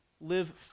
live